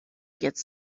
gets